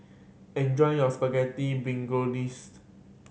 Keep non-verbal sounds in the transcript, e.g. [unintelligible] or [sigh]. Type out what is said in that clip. enjoy your Spaghetti [unintelligible]